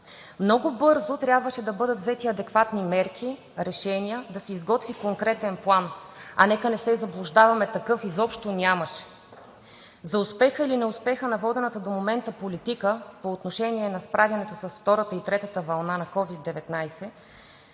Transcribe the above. Много бързо трябваше да бъдат взети адекватни мерки и решения, за да се изготви конкретен план, а нека не се заблуждаваме, че такъв изобщо нямаше. За успеха или неуспеха на водената до момента политика по отношение на справянето с втората и третата вълна на COVID-19